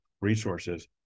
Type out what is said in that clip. resources